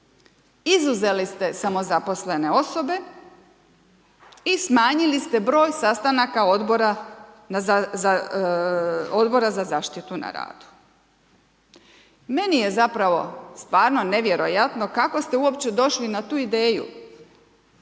Izuzeli ste samozaposlene osobe i smanjili ste broj sastanaka odbora za zaštitu na radu. Meni je zapravo stvarno nevjerojatno kako ste uopće došli na tu ideju